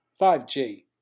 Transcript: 5G